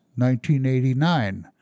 1989